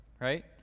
right